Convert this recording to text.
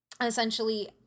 essentially